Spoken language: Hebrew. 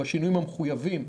בשינויים המחוייבים,